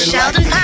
Sheldon